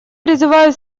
призываю